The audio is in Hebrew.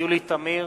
יולי תמיר,